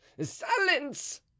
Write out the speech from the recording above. silence